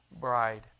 bride